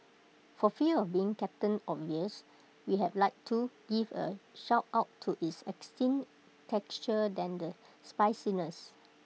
for fear of being captain obvious we had like to give A shout out to its extinct texture than the spiciness